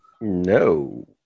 no